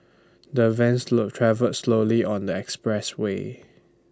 the van travel slowly on the expressway